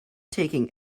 taking